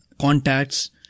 contacts